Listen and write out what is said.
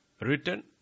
written